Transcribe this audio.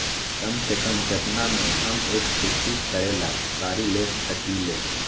कम से कम केतना में हम एक खेती करेला गाड़ी ले सकींले?